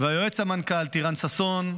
ליועץ המנכ"ל טיראן ששון,